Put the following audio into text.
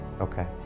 Okay